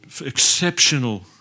Exceptional